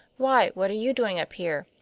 why, what are you doing up here?